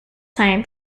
time